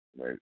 right